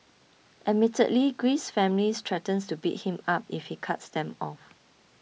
admittedly Greece's family threatens to beat him up if he cuts them off